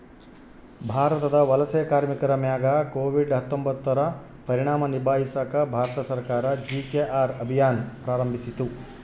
ಭಾರತದ ವಲಸೆ ಕಾರ್ಮಿಕರ ಮ್ಯಾಗ ಕೋವಿಡ್ ಹತ್ತೊಂಬತ್ತುರ ಪರಿಣಾಮ ನಿಭಾಯಿಸಾಕ ಭಾರತ ಸರ್ಕಾರ ಜಿ.ಕೆ.ಆರ್ ಅಭಿಯಾನ್ ಪ್ರಾರಂಭಿಸಿತು